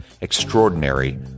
extraordinary